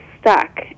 stuck